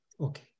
Okay